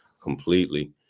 completely